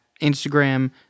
Instagram